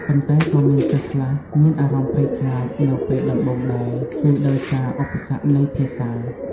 ប៉ុន្តែក៏មានសិស្សខ្លះមានអារម្មណ៍ភ័យខ្លាចនៅពេលដំបូងដែរ គឺដោយសារឧបសគ្គនៃភាសា។